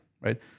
right